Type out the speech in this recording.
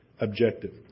Objective